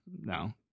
No